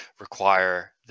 require